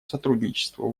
сотрудничеству